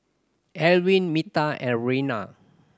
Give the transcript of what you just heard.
Evelin Meta and Reanna